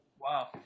Wow